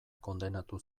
kondenatu